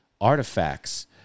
artifacts